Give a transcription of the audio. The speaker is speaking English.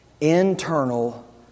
internal